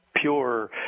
pure